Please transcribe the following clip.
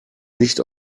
nicht